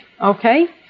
Okay